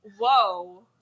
Whoa